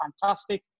fantastic